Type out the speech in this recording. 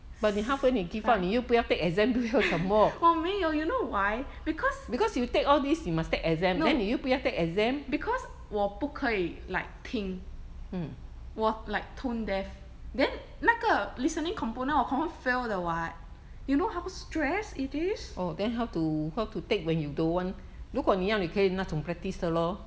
我没有 you know why because no because 我不可以 like 听我 like tone deaf then 那个 listening component 我 confirm fail 的 what you know how stressed it is